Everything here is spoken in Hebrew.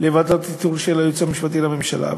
לוועדת איתור של היועץ המשפטי לממשלה.